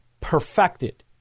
perfected